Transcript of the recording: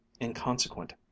inconsequent